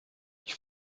ich